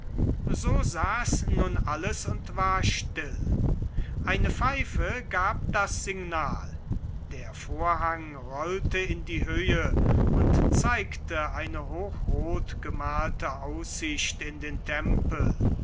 so saß nun alles und war still eine pfeife gab das signal der vorhang rollte in die höhe und zeigte eine hochrot gemalte aussicht in den tempel